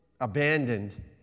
abandoned